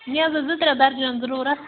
مےٚ حظ ٲس زٕ ترٛےٚ دَرجَن ضروٗرت